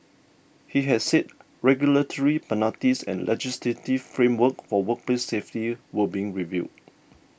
he had said regulatory penalties and legislative framework for workplace safety were being reviewed